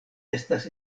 estas